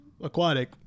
Aquatic